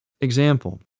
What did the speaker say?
Example